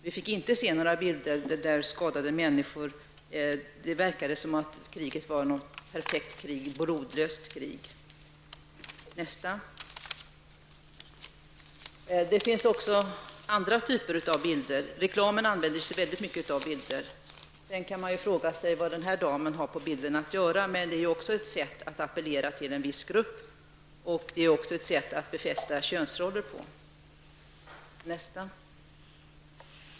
Vi fick inte se några bilder på skadade människor. Det verkade som om det var ett perfekt krig, ett blodlöst krig. Vi tar nästa bild. Det finns också andra typer av bilder. Reklamen använder sig väldigt mycket av bilder. Man kan fråga sig vad den här damen har på bilden att göra, men det är också ett sätt att appellera till en viss grupp och befästa könsroller. Vi tar nästa bild.